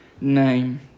name